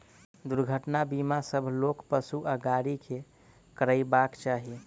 दुर्घटना बीमा सभ लोक, पशु आ गाड़ी के करयबाक चाही